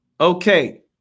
Okay